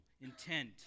intent